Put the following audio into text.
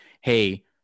Hey